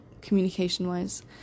communication-wise